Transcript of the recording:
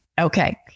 Okay